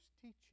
teaching